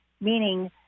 meaning